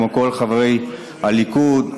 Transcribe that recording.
כמו כל חברי הליכוד.